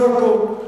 זה הכול.